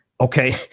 Okay